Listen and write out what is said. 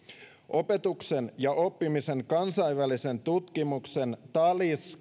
opetuksen ja oppimisen kansainvälisen tutkimuksen talis